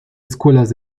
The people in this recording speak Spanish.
escuelas